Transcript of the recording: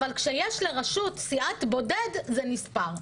אבל כשיש לרשות סיעת בודד זה נספר.